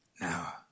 Now